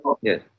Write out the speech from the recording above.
yes